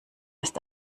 ist